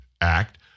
Act